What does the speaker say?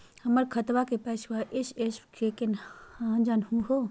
हमर खतवा के पैसवा एस.एम.एस स केना जानहु हो?